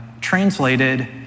translated